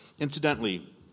Incidentally